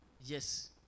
yes